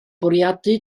bwriadu